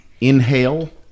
Inhale